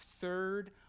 third